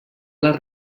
les